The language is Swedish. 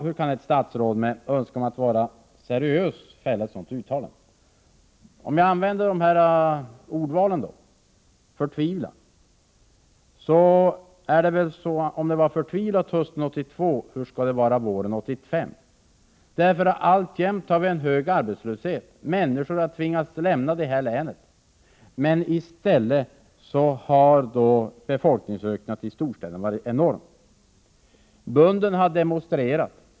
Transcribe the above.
Hur kan ett statsråd med önskan att vara seriös fälla ett sådant uttalande? ”Förtvivlat” — om det var förtvivlat hösten 1982, hur skall det då vara våren 1985? Alltjämt har vi hög arbetslöshet. Människor har tvingats lämna detta län. I stället har befolkningsökningen i storstäderna varit enorm. Bönderna har demonstrerat.